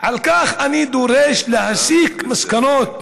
על כן אני דורש להסיק מסקנות,